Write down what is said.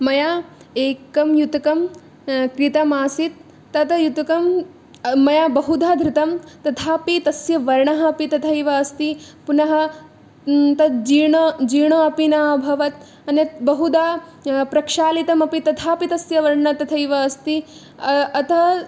मया एकं युतकं क्रीतमासीत् तद् युतकं मया बहुधा धृतं तथापि तस्य वर्णः अपि तथैव अस्ति पुनः तद् जीर् जीर्णम् अपि न अभवत् अन्यत् बहुधा प्रक्षालितमपि तथापि तस्य वर्णः अपि तथैव अस्ति अतः